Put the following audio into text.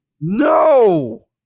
No